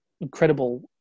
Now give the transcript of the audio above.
incredible